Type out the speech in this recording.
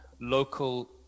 local